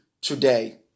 today